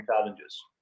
challenges